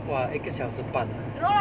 !wah! 一个小时半 ah